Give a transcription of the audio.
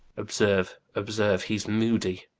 obserue, obserue, hee's moody